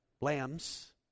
Lambs